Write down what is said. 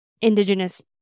Indigenous